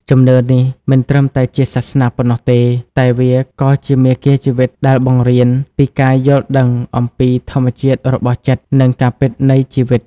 ជំនឿនេះមិនត្រឹមតែជាសាសនាប៉ុណ្ណោះទេ តែវាក៏ជាមាគ៌ាជីវិតដែលបង្រៀនពីការយល់ដឹងអំពីធម្មជាតិរបស់ចិត្ត និងការពិតនៃជីវិត។